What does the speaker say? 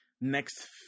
next